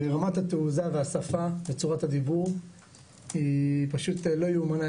ורמת התעוזה והשפה וצורת הדיבור היא פשוט לא יאומן,